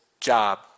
job